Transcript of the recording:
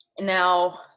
Now